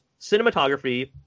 Cinematography